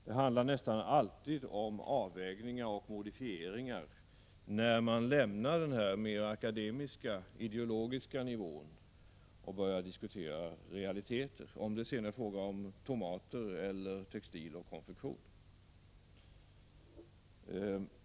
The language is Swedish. Det handlar nästan alltid om avvägningar och modifieringar när man lämnar den akademiska och ideologiska nivån och börjar diskutera realiteterna, oavsett om det är fråga om tomater eller textil och konfektion.